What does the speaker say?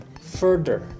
further